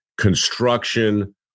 construction